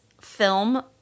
film